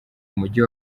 umujyi